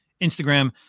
instagram